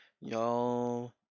y'all